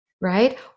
right